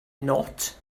not